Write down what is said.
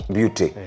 Beauty